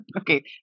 Okay